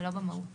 ולא במהות